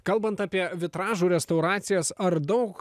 kalbant apie vitražų restauracijas ar daug